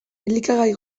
elikagai